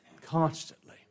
constantly